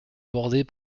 bordée